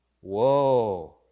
Whoa